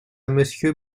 monsieur